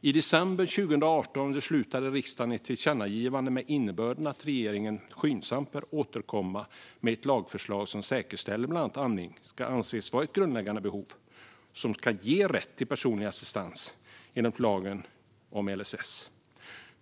I december 2018 beslutade riksdagen om ett tillkännagivande med innebörden att regeringen skyndsamt bör återkomma med ett lagförslag som säkerställer att bland annat andning ska anses vara ett grundläggande behov som kan ge rätt till personlig assistans enligt lagen om stöd och service till vissa funktionshindrade, LSS.